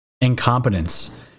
incompetence